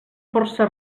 força